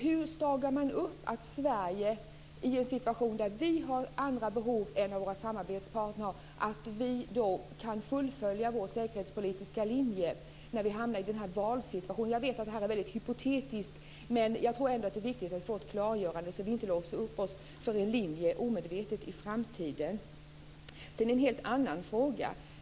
Hur stagar man upp så att vi i Sverige, i en situation där vi har andra behov än våra samarbetspartner, kan fullfölja vår säkerhetspolitiska linje när vi hamnar i denna valsituation? Jag vet att det här är väldigt hypotetiskt men jag tror ändå att det är viktigt att få ett klargörande så att vi inte omedvetet låser upp oss för en linje i framtiden. Sedan till en helt annan fråga.